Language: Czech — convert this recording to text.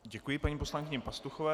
Děkuji paní poslankyni Pastuchové.